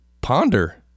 ponder